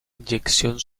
inyección